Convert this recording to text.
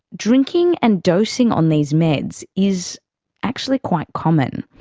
drinking and dosing on these meds is actually quite common.